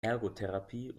ergotherapie